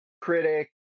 critic